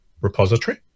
repository